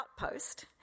outpost